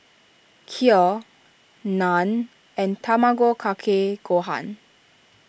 Kheer Naan and Tamago Kake Gohan